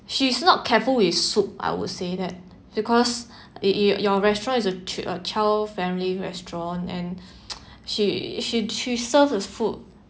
she's not careful with soup I would say that because it it your restaurant is uh ch~ uh child family restaurant and she she she serves the food